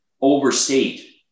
overstate